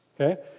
Okay